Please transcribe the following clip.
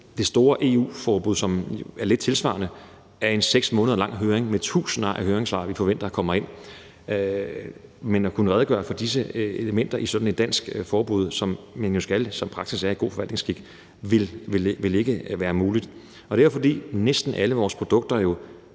Det store EU-forbud, som er lidt tilsvarende, er en seks måneder lang høring med tusinder af høringssvar, som vi forventer kommer ind. Men at kunne redegøre for disse elementer i sådan et dansk forbud, som man jo skal, og som praksis er i god forvaltningsskik, vil ikke være muligt. Det er, fordi næsten alle vores produkter